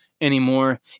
anymore